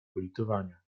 politowania